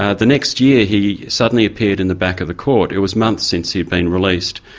ah the next year he suddenly appeared in the back of the court. it was months since he'd been released,